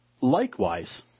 Likewise